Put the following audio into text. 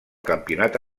campionat